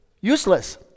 useless